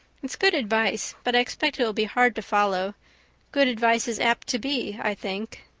it's good advice, but i expect it will be hard to follow good advice is apt to be, i think.